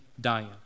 dying